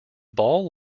ball